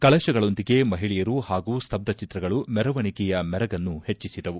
ಕಳಶಗಳೊಂದಿಗೆ ಮಹಿಳೆಯರು ಪಾಗೂ ಸ್ತಬ್ದ ಚಿತ್ರಗಳ ಮೆರವಣಿಗೆಯ ಮೆರಗನ್ನು ಹೆಚ್ಚಿಸಿದವು